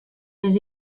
més